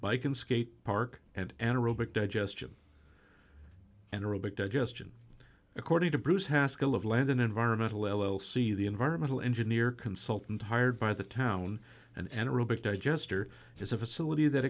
can skate park and anaerobic digestion and or a big digestion according to bruce haskell of land an environmental l c the environmental engineer consultant hired by the town and anaerobic digester is a facility that